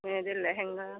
মেয়েদের লেহেঙ্গা